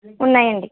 ఉన్నాయండి